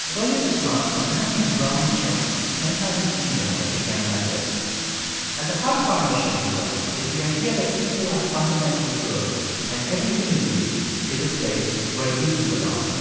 earlier this month, a man named brian chesky sent out an email that began like this at the heart of our mission, he wrote, is the idea that people are fundamentally good and every community is a place where you can belong.